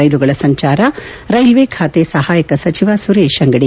ರ್ನೆಲುಗಳ ಸಂಚಾರ ರೈಲ್ವೆ ಖಾತೆ ಸಹಾಯಕ ಸಚಿವ ಸುರೇಶ್ ಅಂಗಡಿ